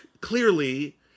Clearly